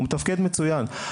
הוא מתפקד מצוין.